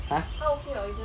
!huh!